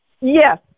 Yes